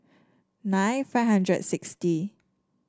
nine five hundred sixty